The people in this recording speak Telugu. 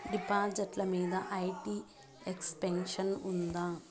డిపాజిట్లు మీద ఐ.టి ఎక్సెంప్షన్ ఉందా?